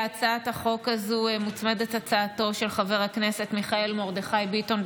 להצעת החוק הזו מוצמדת הצעתו של חבר הכנסת מיכאל מרדכי ביטון.